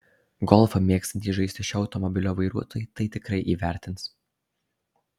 golfą mėgstantys žaisti šio automobilio vairuotojai tai tikrai įvertins